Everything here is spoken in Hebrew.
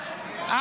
שמח?